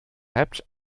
hebt